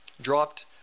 dropped